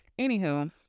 anywho